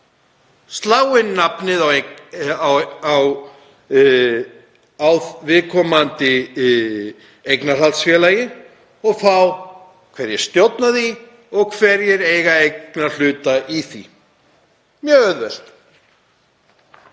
slá inn nafnið á viðkomandi eignarhaldsfélagi og sjá hverjir stjórna því og hverjir eiga eignarhluta í því. Mjög auðvelt,